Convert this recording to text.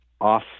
off